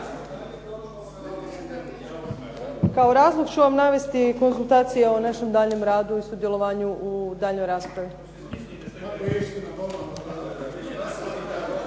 Kao razlog ću vam navesti konzultacije o našem daljnjem radu i sudjelovanju u daljnjoj raspravi.